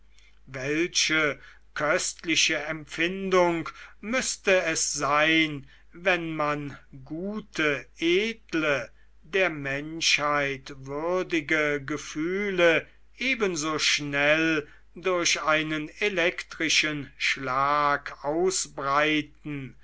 welche köstliche empfindung müßte es sein wenn man gute edle der menschheit würdige gefühle ebenso schnell durch einen elektrischen schlag ausbreiten